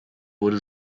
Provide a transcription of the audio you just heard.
wurde